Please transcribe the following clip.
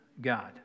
God